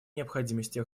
необходимости